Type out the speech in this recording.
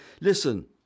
Listen